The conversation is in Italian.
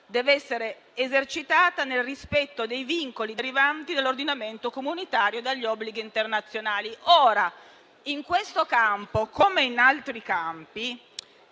dev'essere esercitata nel rispetto dei vincoli derivanti dall'ordinamento comunitario e dagli obblighi internazionali. Ora, in questo campo come in altri,